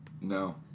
No